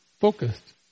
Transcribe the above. focused